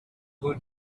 who